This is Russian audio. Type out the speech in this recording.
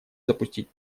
запустить